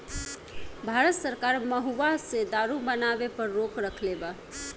भारत सरकार महुवा से दारू बनावे पर रोक रखले बा